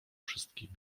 wszystkimi